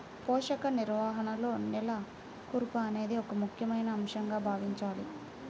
పోషక నిర్వహణలో నేల కూర్పు అనేది ఒక ముఖ్యమైన అంశంగా భావించాలి